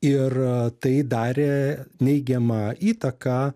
ir tai darė neigiamą įtaką